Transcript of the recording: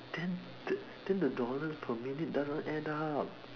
then then the dollars per minute doesn't add up